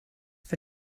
for